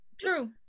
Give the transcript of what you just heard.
true